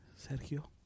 Sergio